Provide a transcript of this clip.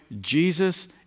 Jesus